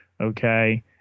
Okay